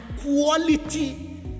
quality